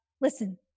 Listen